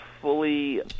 fully